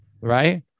right